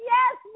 Yes